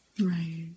right